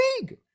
league